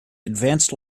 advanced